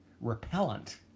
repellent